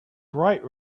bright